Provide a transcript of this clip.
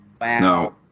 no